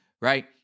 right